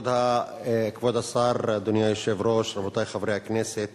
כבוד השר, אדוני היושב-ראש, רבותי חברי הכנסת,